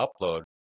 upload